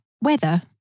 weather